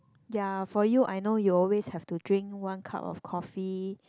ya for you I know you always have to drink one cup of coffee